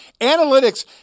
Analytics